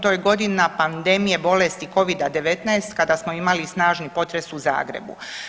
To je godina pandemije bolesti covida-19 kada smo imali snažni potres u Zagrebu.